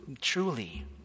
truly